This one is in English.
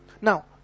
Now